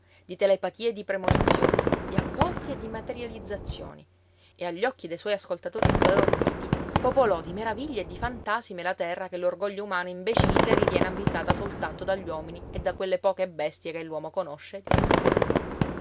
di telepatia e di premonizioni di apporti e di materializzazioni e agli occhi de suoi ascoltatori sbalorditi popolò di meraviglie e di fantasime la terra che l'orgoglio umano imbecille ritiene abitata soltanto dagli uomini e da quelle poche bestie che l'uomo conosce e di cui si serve